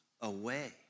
away